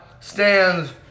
stands